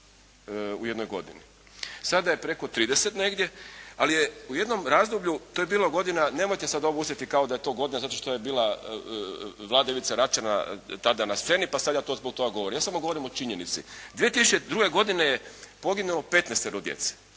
u jednoj godini. Sada je preko 30 negdje, ali je u jednom razdoblju, to je bila godina, nemojte sad ovo uzeti kao da je to godina zato što je bila Vlada Ivice Račana tada na sceni, pa sad ja to zbog toga govorim. Ja samo govorim o činjenici. 2002. godine je poginulo petnaestero djece.